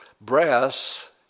brass